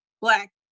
Black